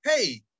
hey